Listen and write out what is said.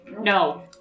No